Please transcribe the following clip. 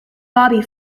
bobby